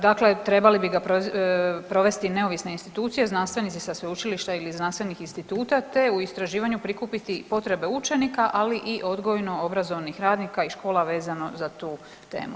Dakle, trebali bi ga provesti neovisne institucije, znanstvenici sa sveučilišta ili znanstvenih instituta, te u istraživanju prikupiti i potrebe učenika, ali i odgojno obrazovnih radnika i škola vezano za tu temu.